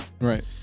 Right